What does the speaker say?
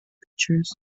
pictures